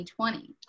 2020